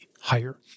higher